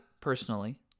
personally